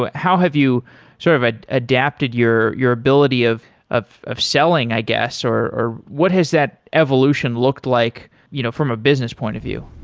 but how have you sort of ah adapted your your ability of of selling, i guess, or or what has that evolution looked like you know from a business point of view?